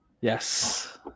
yes